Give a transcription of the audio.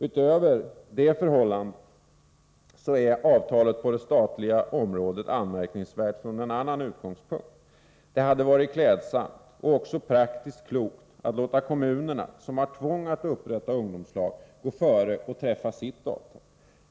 Utöver detta förhållande är avtalet på det statliga området anmärkningsvärt från en annan utgångspunkt. Det hade varit klädsamt och också praktiskt klokt att låta kommunerna, som har tvång att upprätta ungdomslag, gå före och träffa sitt avtal.